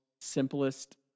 simplest